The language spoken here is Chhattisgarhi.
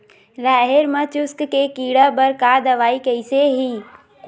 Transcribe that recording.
राहेर म चुस्क के कीड़ा बर का दवाई कइसे ही?